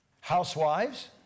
housewives